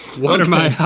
what are my